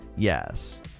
yes